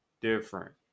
different